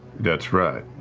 that's right.